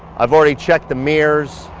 i've already checked the mirrors,